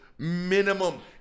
minimum